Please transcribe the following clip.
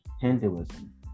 Hinduism